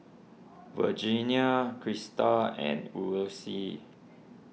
Virginia Christa and Ulysses